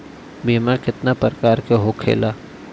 बीमा केतना प्रकार के होखे ला?